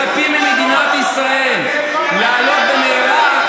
מצפים ממדינת ישראל לעלות במהרה,